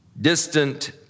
distant